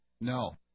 No